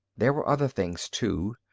there were other things, too.